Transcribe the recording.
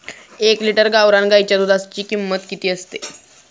एक लिटर गावरान गाईच्या दुधाची किंमत किती असते?